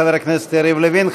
חבר הכנסת יריב לוין.